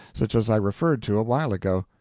such as i referred to a while ago.